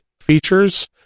features